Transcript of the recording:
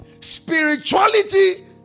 Spirituality